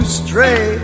stray